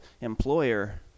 employer